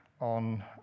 on